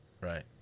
right